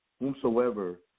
Whomsoever